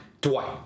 Dwight